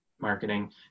marketing